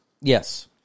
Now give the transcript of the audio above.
Yes